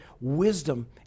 wisdom